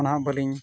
ᱚᱱᱟᱦᱚᱸ ᱵᱟᱞᱤᱧ